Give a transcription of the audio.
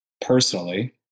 personally